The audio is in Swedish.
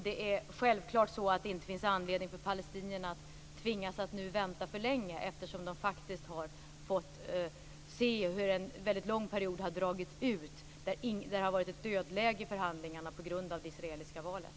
Det är självklart att det inte finns någon anledning för palestinierna att tvingas vänta för länge, eftersom det under en lång period har varit ett dödläge i förhandlingarna på grund av det israeliska valet.